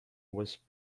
was